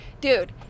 Dude